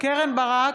קרן ברק,